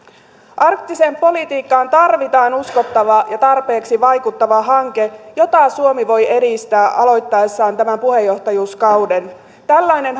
arktiseen politiikkaan tarvitaan uskottava ja tarpeeksi vaikuttava hanke jota suomi voi edistää aloittaessaan tämän puheenjohtajuuskauden tällainen